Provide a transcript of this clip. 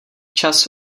čas